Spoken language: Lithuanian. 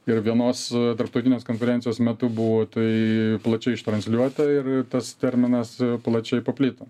ir vienos tarptautinės konferencijos metu buvo tai plačiai ištransliuota ir tas terminas plačiai paplito